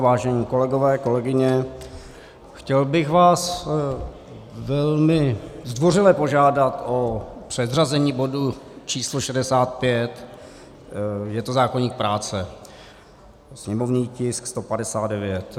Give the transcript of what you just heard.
Vážení kolegové, kolegyně, chtěl bych vás velmi zdvořile požádat o předřazení bodu 65, je to zákoník práce, sněmovní tisk 159.